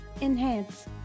enhance